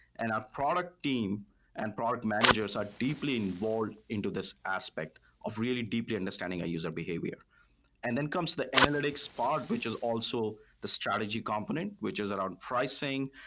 and our product team and product managers are deeply involved into this aspect of really deeply understanding a user behavior and then comes to the analytics part, which is also the strategy component, which is around pricing,